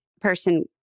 person